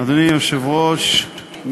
אדוני היושב-ראש,